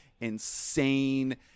insane